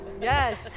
yes